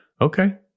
okay